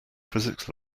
physics